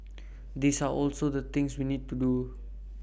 these are also the things we need to do